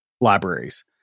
libraries